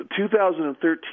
2013